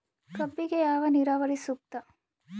ಕಬ್ಬಿಗೆ ಯಾವ ನೇರಾವರಿ ಸೂಕ್ತ?